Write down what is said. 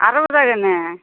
அறுபதுருவா கண்ணு